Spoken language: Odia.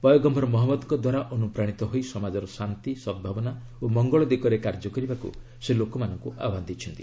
ପୟଗମ୍ଘର ମହନ୍ମଦଙ୍କ ଦ୍ୱାରା ଅନୁପ୍ରାଣିତ ହୋଇ ସମାଜର ଶାନ୍ତି ସଦ୍ଭାବନା ଓ ମଙ୍ଗଳ ଦିଗରେ କାର୍ଯ୍ୟ କରିବାକୁ ସେ ଲୋକମାନଙ୍କୁ ଆହ୍ୱାନ ଦେଇଛନ୍ତି